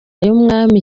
y’umwami